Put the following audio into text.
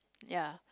ya